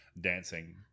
dancing